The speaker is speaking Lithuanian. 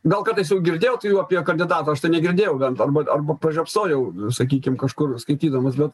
gal kartais jau girdėjot apie kandidatą aš tai negirdėjau bent arba arba pražiopsojau sakykim kažkur skaitydamas bet